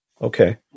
Okay